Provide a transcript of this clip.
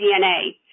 DNA